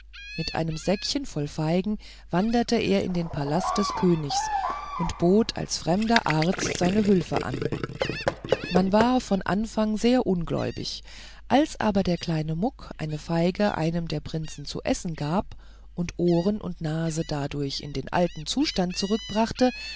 mit einem säckchen voll feigen wanderte er in den palast des königs und bot als fremder arzt seine hülfe an man war von anfang sehr unglaubig als aber der kleine muck eine feige einem der prinzen zu essen gab und ohren und nase dadurch in den alten zustand